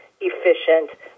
efficient